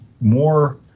more